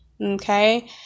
Okay